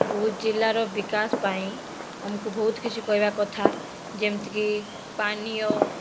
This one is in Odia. ବୌଦ୍ଧ ଜିଲ୍ଲାର ବିକାଶ ପାଇଁ ଆମକୁ ବହୁତ କିଛି କହିବା କଥା ଯେମତିକି ପାନୀୟ